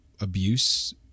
abuse